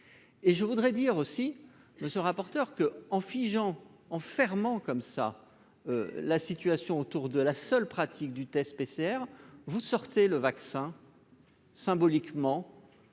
et je voudrais dire aussi ne se rapporteur que en figeant en fermant comme ça la situation autour de la seule pratique du test PCR, vous sortez le vaccin. Symboliquement,